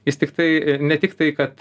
jis tiktai ne tik tai kad